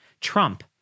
Trump